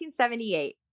1978